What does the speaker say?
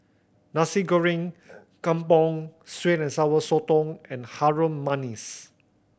Nasi Goreng Kampung sweet and Sour Sotong and Harum Manis